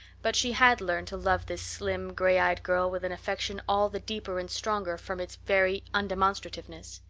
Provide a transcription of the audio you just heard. but she had learned to love this slim, gray-eyed girl with an affection all the deeper and stronger from its very undemonstrativeness.